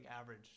average